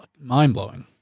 mind-blowing